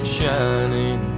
shining